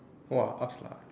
!wah! upz lah